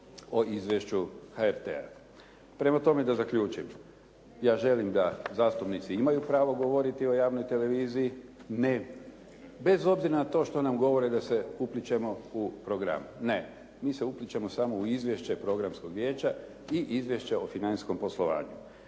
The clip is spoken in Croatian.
o izvješću HRT-a? Prema tome da zaključim. Ja želim da zastupnici imaju pravo govoriti o javnoj televiziji … /Govornik se ne razumije./ … bez obzira na to što nam govore da se uplićemo u program. Ne. Mi se uplićemo samo u izvješće Programskog vijeća i izvješće o financijskom poslovanju.